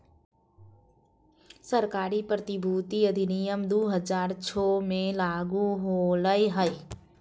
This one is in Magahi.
सरकारी प्रतिभूति अधिनियम दु हज़ार छो मे लागू होलय हल